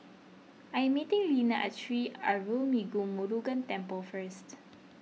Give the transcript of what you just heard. I am meeting Lina at Sri Arulmigu Murugan Temple first